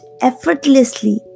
effortlessly